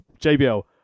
JBL